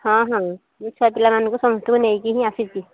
ହଁ ହଁ ମୁଁ ଛୁଆ ପିଲାମାନଙ୍କୁ ସମସ୍ତଙ୍କୁ ନେଇକି ହିଁ ଆସିଛି